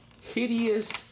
hideous